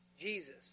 Jesus